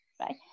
right